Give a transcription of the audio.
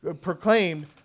proclaimed